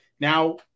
now